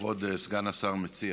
מה כבוד סגן השר מציע?